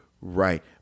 right